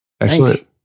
Excellent